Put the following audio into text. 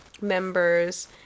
members